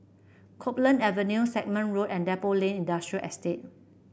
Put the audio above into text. Copeland Avenue Stagmont Road and Depot Lane Industrial Estate